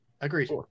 Agreed